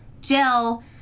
Jill